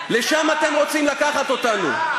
לשם אתם רוצים לקחת אותנו?